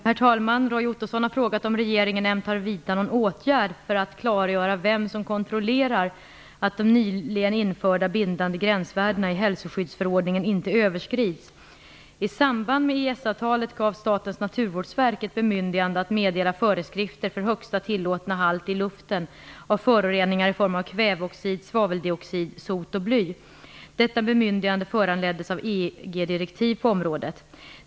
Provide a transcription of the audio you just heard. Herr talman! Roy Ottosson har frågat om regeringen ämnar vidta någon åtgärd för att klargöra vem som kontrollerar att de nyligen införda bindande gränsvärdena i hälsoskyddsförordningen inte överskrids. I samband med EES-avtalet gavs Statens naturvårdsverk ett bemyndigande att meddela föreskrifter för högsta tillåtna halt i luften av föroreningar i form av kvävedioxid, svaveldioxid, sot och bly . Detta bemyndigande föranleddes av EG-direktiv på området.